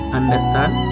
understand